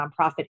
nonprofit